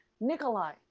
Nikolai